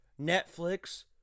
netflix